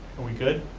are we good?